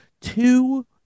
two